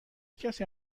کسی